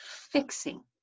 fixing